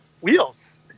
wheels